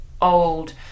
old